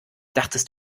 dachtest